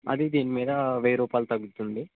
అది దీనిమీద వెయ్యి రూపాయలు తగ్గుతుంది